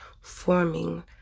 forming